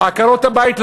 עקרות-הבית.